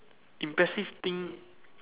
impressive thing